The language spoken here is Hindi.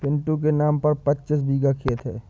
पिंटू के नाम पर पच्चीस बीघा खेत है